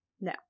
No